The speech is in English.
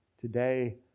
Today